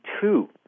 two